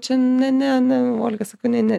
čia ne ne ne olga sako ne ne